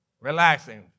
Relaxing